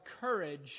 courage